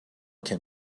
can